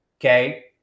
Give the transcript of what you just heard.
okay